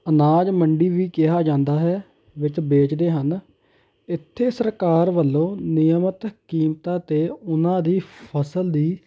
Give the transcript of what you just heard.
ਅਨਾਜ ਮੰਡੀ ਵੀ ਕਿਹਾ ਜਾਂਦਾ ਹੈ ਵਿੱਚ ਵੇਚਦੇ ਹਨ ਇੱਥੇ ਸਰਕਾਰ ਵੱਲੋਂ ਨਿਯਮਤ ਕੀਮਤਾਂ ਤੇ ਉਨ੍ਹਾਂ ਦੀ ਫ਼ਸਲ ਦੀ